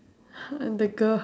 !huh! I'm the girl